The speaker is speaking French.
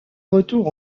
retour